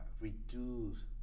Reduce